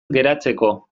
geratzeko